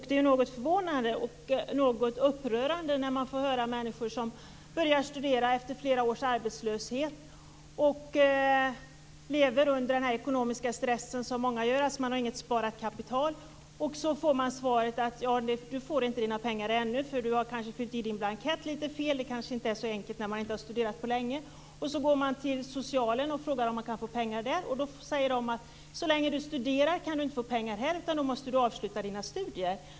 Det är något förvånande och upprörande när man får höra att människor som börjat studera efter flera års arbetslöshet, och som liksom många andra lever under ekonomisk stress eftersom de inte har något sparat kapital, får svaret: Du får inte dina pengar ännu, för du har fyllt i din blankett litet fel. Det kanske inte är så enkelt när man inte har studerat på länge. Man går till socialen och frågar om man kan få pengar där. Då säger de: Så länge du studerar kan du inte få pengar här, då måste du avsluta dina studier.